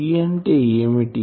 E అంటే ఏమిటి